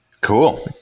cool